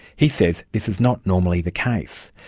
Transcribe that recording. he says this is not normally the case.